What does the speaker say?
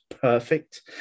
perfect